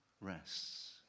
rests